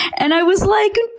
and i was like,